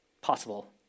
possible